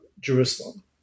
Jerusalem